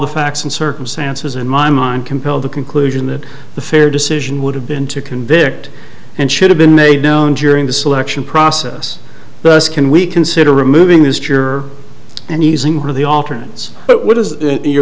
the facts and circumstances in my mind compel the conclusion that the fair decision would have been to convict and should have been made known during the selection process thus can we consider removing this juror and using her the alternates but what is your